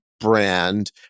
brand